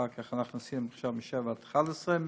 אחר כך עשינו מ-19:00 עד 23:00,